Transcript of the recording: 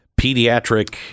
pediatric –